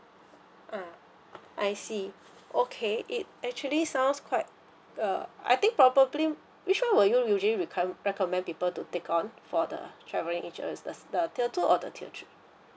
ah I see okay it actually sounds quite err I think probably which one will you usually recom~ recommend people to take on for the travelling insurance the tier two or the tier three